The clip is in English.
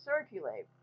circulate